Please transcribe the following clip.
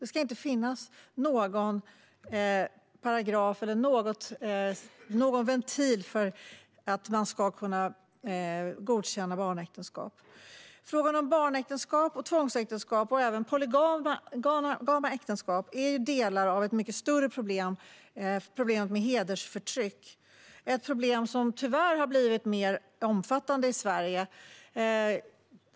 Det ska inte finnas någon paragraf eller någon ventil för att kunna godkänna barnäktenskap. Frågan om barnäktenskap, tvångsäktenskap och även polygama äktenskap är delar av ett mycket större problem, nämligen problemet med hedersförtryck. Det är ett problem som tyvärr har blivit mer omfattande i Sverige.